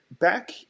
Back